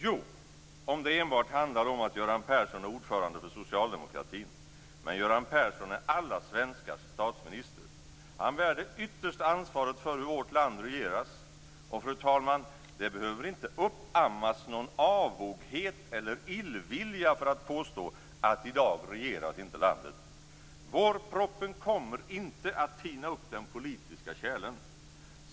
Jo, om det enbart handlar om att Göran Persson är ordförande för socialdemokratin. Men Göran Persson är alla svenskars statsminister. Han bär det yttersta ansvaret för hur vårt land regeras. Och, fru talman, det behöver inte uppammas någon avoghet eller illvilja för att påstå att i dag regeras inte landet. Vårpropositionen kommer inte att tina upp den politiska tjälen.